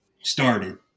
started